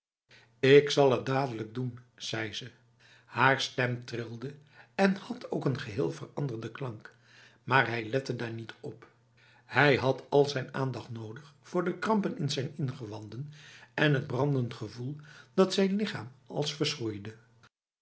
ik zal het dadelijk doen zei ze haar stem trilde en had ook een geheel veranderde klank maar hij lette daar niet op hij had al zijn aandacht nodig voor de krampen in zijn ingewanden en het brandend gevoel dat zijn lichaam als